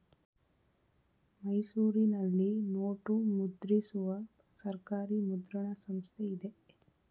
ಮೈಸೂರಿನಲ್ಲಿ ನೋಟು ಮುದ್ರಿಸುವ ಸರ್ಕಾರಿ ಮುದ್ರಣ ಸಂಸ್ಥೆ ಇದೆ